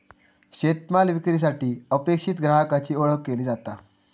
शेतमाल विक्रीसाठी अपेक्षित ग्राहकाची ओळख केली जाता